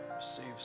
receive